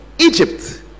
Egypt